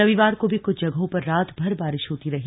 रविवार को भी कुछ जगहों पर रातभर बारिश होती रही